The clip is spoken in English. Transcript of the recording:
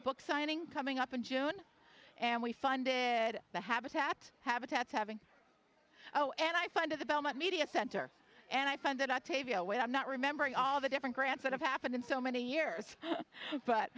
a book signing coming up in june and we funded the habitat habitats having oh and i find the belmont media center and i find it at tavia where i'm not remembering all the different grants that have happened in so many years but